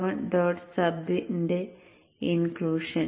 sub ന്റെ inclusion